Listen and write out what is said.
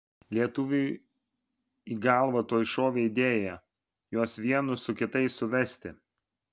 lietuviui į galvą tuoj šovė idėja juos vienus su kitais suvesti